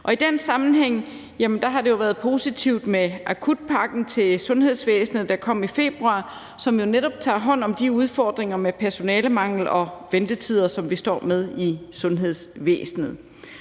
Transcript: i den sammenhæng har det jo været positivt med akutpakken til sundhedsvæsenet, der kom i februar, og som netop tager hånd om de udfordringer med personalemangel og ventetider, som vi står med i sundhedsvæsenet.